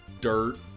dirt